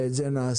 ואת זה נעשה.